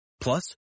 Plus